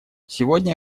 сегодня